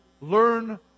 learn